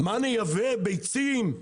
מה נייבא, ביצים?